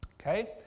Okay